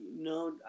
no